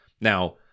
now